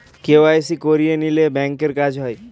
KYC করিয়ে নিলে ব্যাঙ্কের কাজ হয়